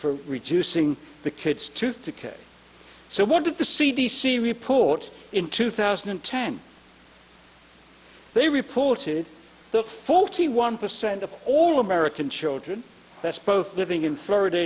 for reducing the kids tooth decay so what did the c d c report in two thousand and ten they reported that forty one percent of all american children that's both living in florida